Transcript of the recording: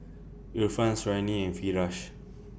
Irfan Suriani and Firash